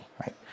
right